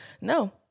no